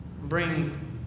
bring